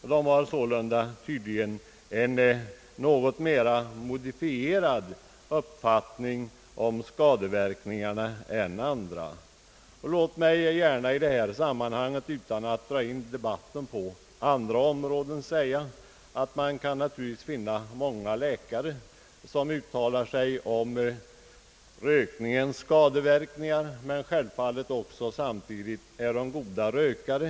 Dessa läkare företräder tydligen en något mera moderat uppfattning beträffande skadeverkningarna än en del av sina kolleger. Låt mig i detta sammanhang — utan att föra över debatten på andra områden —- påpeka att man kan finna många läkare, som uttalar sig varnande om t.ex. rökningens skadeverkningar men som samtidigt själva är ivriga rökare.